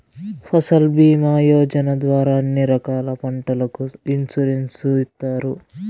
ఫసల్ భీమా యోజన ద్వారా అన్ని రకాల పంటలకు ఇన్సురెన్సు ఇత్తారు